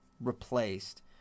replaced